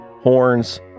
horns